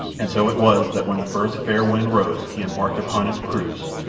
and so it was that when the first fair wind rose he embarked upon his cruise,